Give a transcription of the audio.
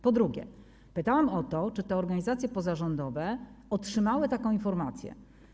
Po drugie, pytałam o to, czy te organizacje pozarządowe otrzymały taką informację.